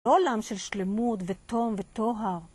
לא עולם של שלמות ותום וטוהר.